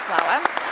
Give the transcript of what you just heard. Hvala.